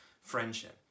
friendship